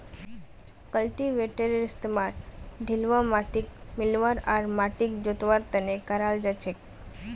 कल्टीवेटरेर इस्तमाल ढिलवा माटिक मिलव्वा आर माटिक जोतवार त न कराल जा छेक